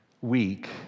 week